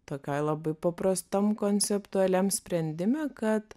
tokioj labai paprastam konceptualiam sprendime kad